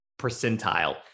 percentile